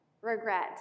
regret